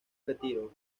retiro